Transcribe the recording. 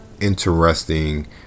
interesting